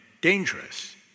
dangerous